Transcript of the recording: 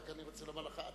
אני רוצה לומר לך,